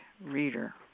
reader